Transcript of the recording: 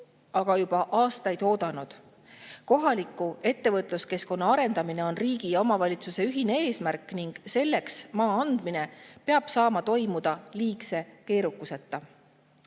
aga juba aastaid oodanud. Kohaliku ettevõtluskeskkonna arendamine on riigi ja omavalitsuse ühine eesmärk ning selleks maa andmine peab saama toimuda liigse keerukuseta.